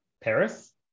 paris